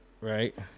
Right